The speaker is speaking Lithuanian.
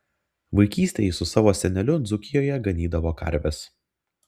vaikystėje jis su savo seneliu dzūkijoje ganydavo karves